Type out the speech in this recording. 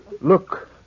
look